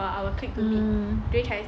mm